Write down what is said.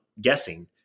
guessing